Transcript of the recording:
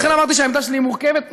לכן אמרתי שהעמדה שלי מורכבת.